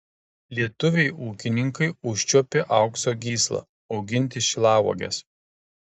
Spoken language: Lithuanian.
lietuviai ūkininkai užčiuopė aukso gyslą auginti šilauoges